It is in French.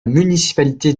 municipalité